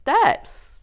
steps